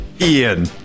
Ian